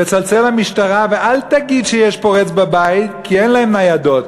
תצלצל למשטרה ואל תגיד שיש פורץ בבית כי אין להם ניידות.